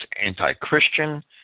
anti-Christian